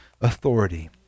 authority